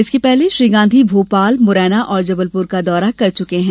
इससे पहले श्री गांधी भोपाल मुरैना और जबलपुर का दौरा कर चुके हैं